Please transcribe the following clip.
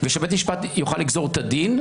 ובית המשפט יוכל לגזור את הדין,